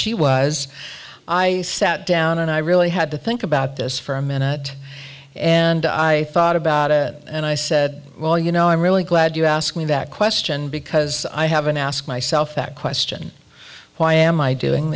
she was i sat down and i really had to think about this for a minute and i thought about it and i said well you know i'm really glad you asked me that question because i haven't asked myself that question why am i doing